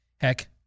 Heck